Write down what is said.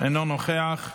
אינו נוכח,